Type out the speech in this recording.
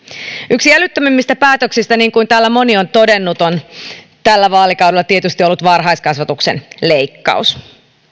yksi älyttömimmistä päätöksistä niin kuin täällä moni on todennut on tällä vaalikaudella tietysti ollut varhaiskasvatuksen leikkaus